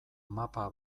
mapa